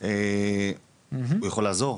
הוא יכול לעזור.